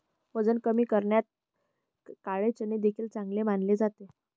वजन कमी करण्यात काळे चणे देखील चांगले मानले जाते